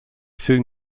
soon